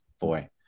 Boy